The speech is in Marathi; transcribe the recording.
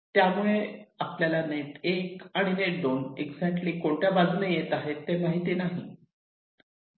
त्यामुळे आपल्याला नेट 1 आणि नेट 2 एक्जेक्टली कोणत्या बाजूने येत आहे ते माहीत नाही